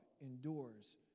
endures